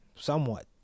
Somewhat